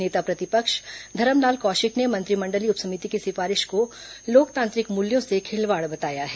नेता प्रतिपक्ष धरमलाल कौशिक ने मंत्रिमंडलीय उप समिति की सिफारिश को लोकतांत्रिक मूल्यों से खिलवाड़ बताया है